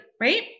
right